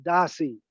Dasi